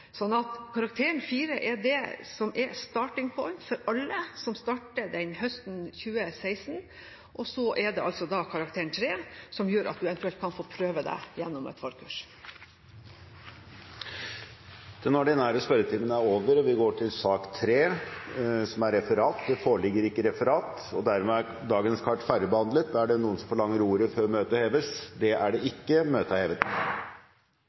Karakteren 4 er det som er «starting point» for alle som starter høsten 2016, og så er det karakteren 3 som gjør at man eventuelt kan få prøve seg gjennom et forkurs. Sak nr. 2, den ordinære spørretimen, er ferdigbehandlet. Det foreligger ikke noe referat. Dermed er dagens kart ferdigbehandlet. Er det noen som forlanger ordet før møtet heves?